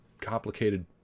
complicated